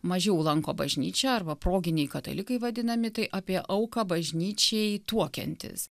mažiau lanko bažnyčią arba proginiai katalikai vadinami tai apie auką bažnyčiai tuokiantis